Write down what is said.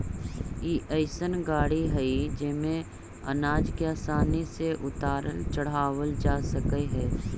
ई अइसन गाड़ी हई जेमे अनाज के आसानी से उतारल चढ़ावल जा सकऽ हई